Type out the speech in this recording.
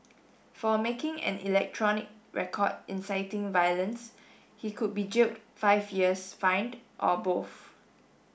for making an electronic record inciting violence he could be jailed five years fined or both